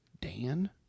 Dan